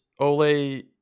Ole